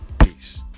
peace